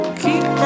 keep